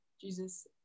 Jesus